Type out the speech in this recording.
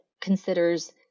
considers